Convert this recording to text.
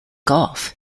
golf